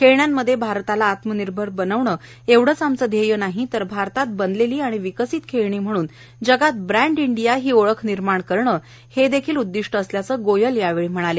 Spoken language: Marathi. खेळण्यांमध्ये भारताला आत्मनिर्भर बनवणे एवढेच आमचे ध्येय नाही तर भारतात बनलेली आणि विकसित खेळणी म्हणून जगात ब्रँड इंडिया ही ओळख निर्माण करणे हे देखील आहे असं गोयल यावेळी म्हणाले